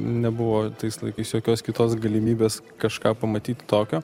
nebuvo tais laikais jokios kitos galimybės kažką pamatyt tokio